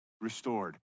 restored